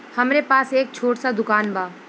हमरे पास एक छोट स दुकान बा